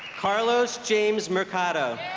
carlos james mercado